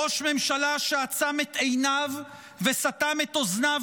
ראש ממשלה שעצם את עיניו וסתם את אוזניו